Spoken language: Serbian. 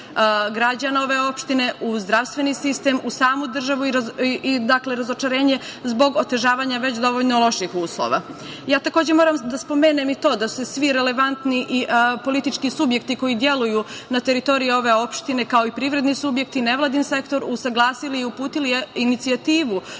građana ove opštine u zdravstveni sistem, u samu državu i razočarenje zbog otežavanja već dovoljno loših uslova. Takođe, moram da spomenem i to da su svi relevantni politički subjekti koji deluju na teritoriji ove opštine, kao i privredni subjekti, nevladin sektor usaglasili i uputili inicijativu